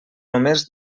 només